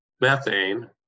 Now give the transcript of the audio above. methane